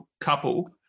couple